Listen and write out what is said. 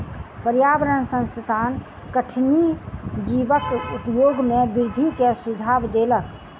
पर्यावरण संस्थान कठिनी जीवक उपयोग में वृद्धि के सुझाव देलक